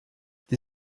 die